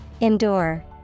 Endure